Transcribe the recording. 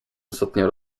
ostatnio